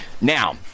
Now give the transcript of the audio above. Now